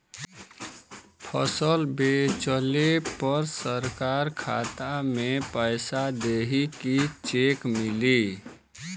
फसल बेंचले पर सरकार खाता में पैसा देही की चेक मिली?